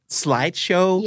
slideshow